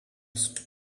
asked